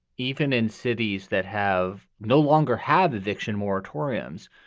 even in cities that have no longer have eviction moratoriums,